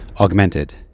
Augmented